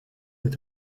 est